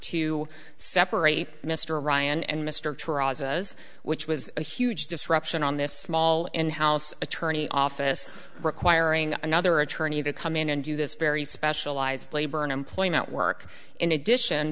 to separate mr ryan and mr truong as which was a huge disruption on this small in house attorney office requiring another attorney to come in and do this very specialized labor and employment work in addition